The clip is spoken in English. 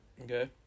Okay